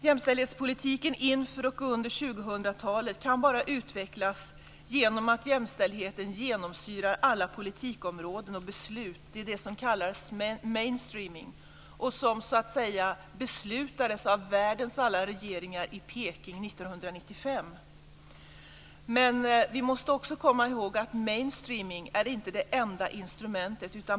Jämställdhetspolitiken inför och under 2000-talet kan bara utvecklas genom att jämställdheten genomsyrar alla politikområden och beslut - det är det som kallas mainstreaming och som beslutades av världens alla regeringar i Peking 1995. Vi måste också komma ihåg att mainstreaming inte är det enda instrumentet.